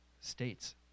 states